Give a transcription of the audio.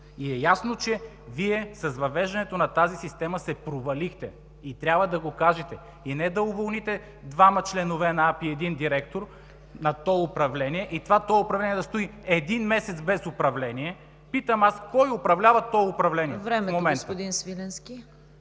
Ясно е, че с въвеждането на тази система се провалихте и трябва да го кажете. И не да уволните двама членове на АПИ и един директор на тол управление и това тол управление да стои един месец без управление. Питам аз: кой управлява тол управлението в момента? ПРЕДСЕДАТЕЛ